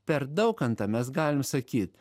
per daukantą mes galim sakyt